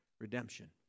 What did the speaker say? redemption